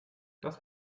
das